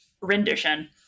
rendition